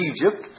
Egypt